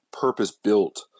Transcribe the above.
purpose-built